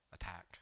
attack